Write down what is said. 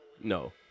no